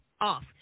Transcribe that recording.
off